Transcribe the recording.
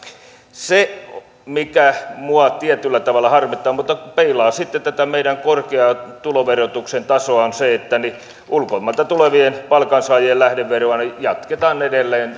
se mikä minua tietyllä tavalla harmittaa mutta mikä peilaa sitten tätä meidän korkeaa tuloverotuksen tasoa on se että sitä ulkomailta tulevien palkansaajien kolmenkymmenenviiden prosentin lähdeveroa jatketaan edelleen